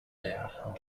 their